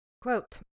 Quote